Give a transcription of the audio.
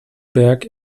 berg